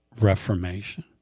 Reformation